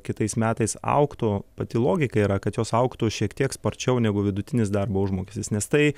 kitais metais augtų pati logika yra kad jos augtų šiek tiek sparčiau negu vidutinis darbo užmokestis nes tai